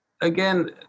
again